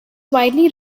widely